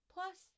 Plus